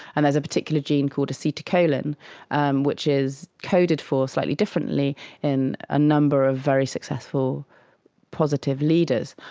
and there's a particular gene called acetylcholine um which is coded for slightly differently in a number of very successful positive leaders.